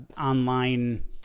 online